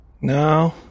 No